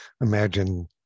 imagine